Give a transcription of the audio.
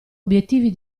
obiettivi